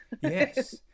Yes